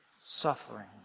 suffering